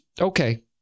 okay